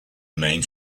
main